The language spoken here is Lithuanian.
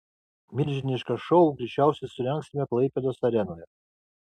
milžinišką šou greičiausiai surengsime klaipėdos arenoje